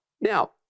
Now